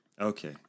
okay